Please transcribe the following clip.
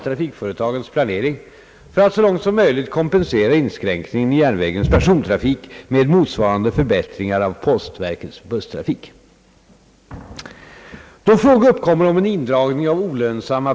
Vi förutsätter att SJ:s dispositioner är vidtagna i enlighet med de allmänna riktlinjer som av riksdagen angivits för företagets verksamhet.